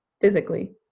physically